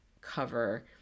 cover